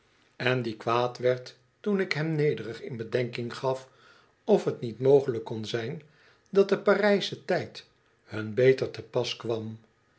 en die kwaad werd toen ik hem nederig in bedenking gaf of t niet mogelijk kon zijn dat de parijsche tijd hun beter te pas kwam